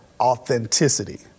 authenticity